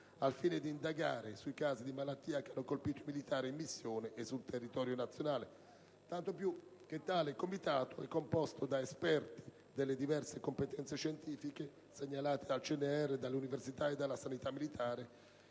al fine di indagare sui casi di malattia che hanno colpito i militari in missione e sul territorio nazionale, tanto più che tale Comitato è composto da esperti delle diverse competenze scientifiche, segnalate dal CNR, dalle università e dalla sanità militare,